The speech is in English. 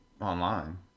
online